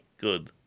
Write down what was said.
Good